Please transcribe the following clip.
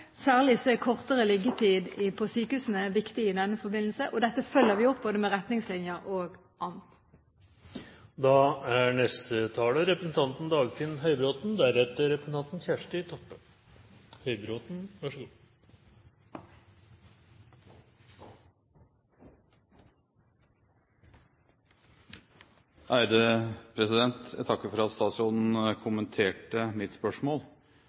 Særlig er kortere liggetid på sykehusene viktig i denne forbindelse. Det følger vi opp, både med retningslinjer og annet. Jeg takker for at statsråden kommenterte mitt spørsmål.